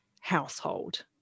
household